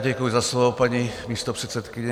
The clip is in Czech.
Děkuji za slovo, paní místopředsedkyně.